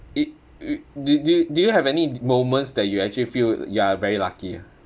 it d~ d~ do you have any moments that you actually feel you are very lucky ah